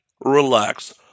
relax